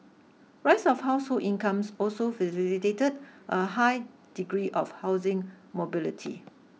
rise of household incomes also facilitated a high degree of housing mobility